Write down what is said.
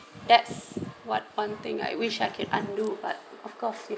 that's what one thing I wish I can undo but of course you